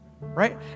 right